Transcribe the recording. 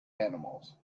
animals